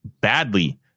badly